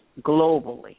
globally